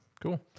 Cool